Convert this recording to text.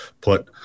put